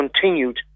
continued